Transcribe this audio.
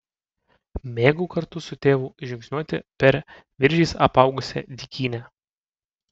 mėgau kartu su tėvu žingsniuoti per viržiais apaugusią dykynę